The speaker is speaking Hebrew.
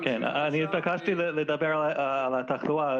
אני התעקשתי לדבר על התחלואה.